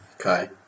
Okay